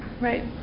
right